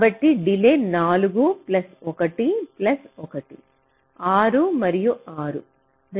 కాబట్టి delay 4 plus 1 plus 1 6 మరియు 6 రెండు కేసులకు గరిష్టంగా ఉంటుంది